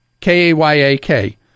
K-A-Y-A-K